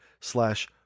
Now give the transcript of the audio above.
slash